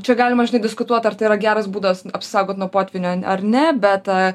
čia galima žinai diskutuot ar tai yra geras būdas apsisaugot nuo potvynio ar ne bet